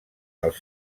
els